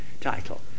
title